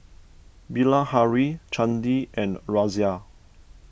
Bilahari Chandi and Razia